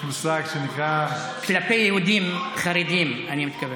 יש מושג שנקרא, כלפי יהודים חרדים, אני מתכוון.